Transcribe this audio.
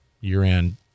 year-end